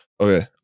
okay